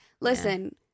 Listen